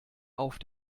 auf